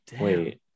wait